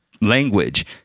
Language